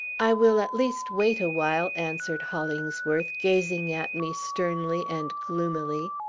i will at least wait awhile, answered hollingsworth, gazing at me sternly and gloomily.